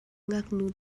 ngaknu